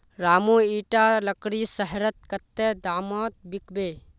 रामू इटा लकड़ी शहरत कत्ते दामोत बिकबे